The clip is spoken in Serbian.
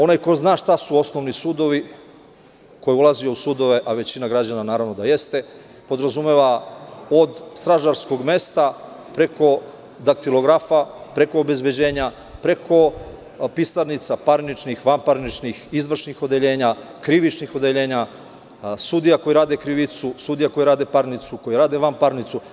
Onaj ko zna šta su osnovni sudovi, ko je ulazio u sudove, a većina građana naravno da jeste, podrazumeva od stražarskog mesta preko daktilografa, preko obezbeđenja, preko pisarnica, parničnih, vanparničnih, izvršnih odeljenja, krivičnih odeljenja, sudija koji rade krivicu, sudija koji rade parnicu, koji rade vanparnicu.